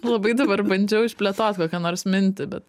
labai dabar bandžiau išplėtot kokią nors mintį bet